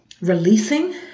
releasing